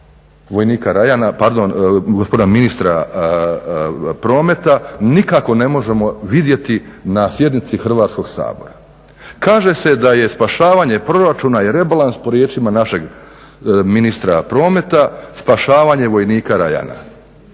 vojnika Ryana, pardon gospodina ministra prometa nikako ne možemo vidjeti na sjednici Hrvatskog sabora. Kaže se da je spašavanje proračuna i rebalans, po riječima našeg ministra prometa, spašavanje vojnika Ryana.